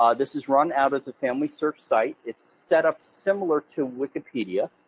um this is run out of the family search site. it's set up similar to wikipedia.